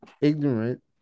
ignorant